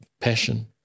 passion